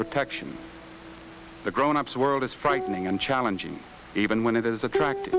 protection the grown ups world is frightening and challenging even when it is attractive